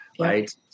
Right